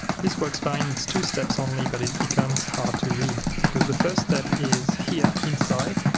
this works fine, it's two steps only but it becomes hard to read because the first step is here inside